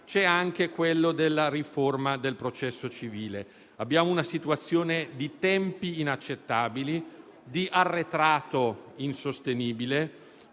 anche quello della riforma del processo civile. Abbiamo una situazione di tempi inaccettabili e di arretrati insostenibili,